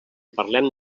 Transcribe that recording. parlem